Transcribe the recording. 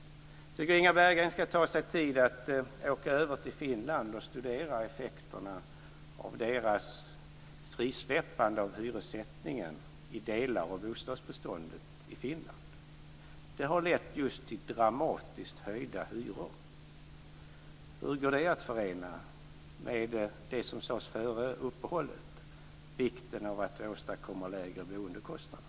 Jag tycker att Inga Bergren ska ta sig tid att åka över till Finland och studera effekterna av frisläppandet av hyressättningen i delar av bostadsbeståndet i Finland. Det har lett till dramatiskt höjda hyror. Hur går det att förena med det som sades före uppehållet om vikten av att åstadkomma lägre boendekostnader?